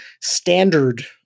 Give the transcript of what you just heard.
standard